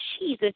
Jesus